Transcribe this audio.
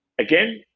again